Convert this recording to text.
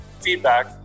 feedback